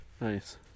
Nice